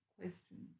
questions